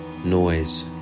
Noise